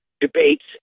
debates